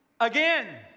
Again